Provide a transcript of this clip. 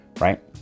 Right